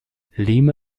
lima